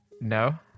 No